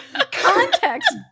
context